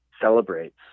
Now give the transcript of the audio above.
celebrates